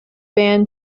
band